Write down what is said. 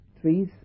trees